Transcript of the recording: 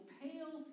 pale